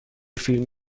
فیلم